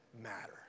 matter